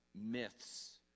myths